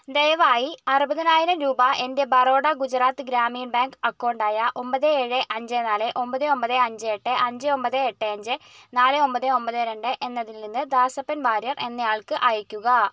ദയവായി അറുപതിനായിരം രൂപ എൻ്റെ ബറോഡ ഗുജറാത്ത് ഗ്രാമീൺ ബാങ്ക് അക്കൗണ്ട് ആയ ഒമ്പത് ഏഴ് അഞ്ച് നാല് ഒമ്പത് ഒമ്പത് അഞ്ച് എട്ട് അഞ്ച് ഒമ്പത് എട്ട് അഞ്ച് നാല് ഒമ്പത് ഒമ്പത് രണ്ട് എന്നതിൽ നിന്ന് ദാസപ്പൻ വാര്യർ എന്നയാൾക്ക് അയയ്ക്കുക